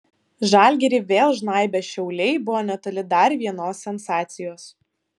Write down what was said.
žalgirį vėl žnaibę šiauliai buvo netoli dar vienos sensacijos